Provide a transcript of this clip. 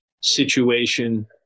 situation